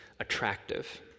attractive